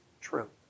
true